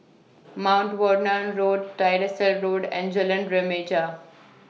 Mount Vernon Road Tyersall Road and Jalan Remaja